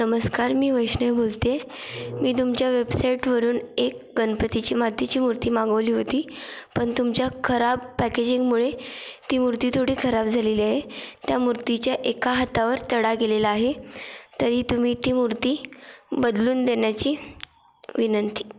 नमस्कार मी वैष्णवी बोलते आहे मी तुमच्या वेबसाईटवरून एक गणपतीची मातीची मूर्ती मागवली होती पण तुमच्या खराब पॅकेजिंगमुळे ती मूर्ती थोडी खराब झालेली आहे त्या मूर्तीच्या एका हातावर तडा गेलेला आहे तरी तुम्ही ती मूर्ती बदलून देण्याची विनंती